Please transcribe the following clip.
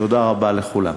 תודה רבה לכולם.